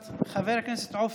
חבר הכנסת יוסף